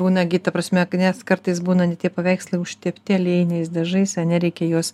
būna gi ta prasme nes kartais būna ne tie paveikslai užtepti aliejiniais dažais ar ne reikia juos